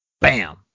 bam